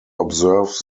observe